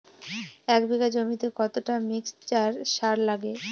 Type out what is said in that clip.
এক বিঘা জমিতে কতটা মিক্সচার সার লাগে?